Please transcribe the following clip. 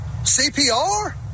CPR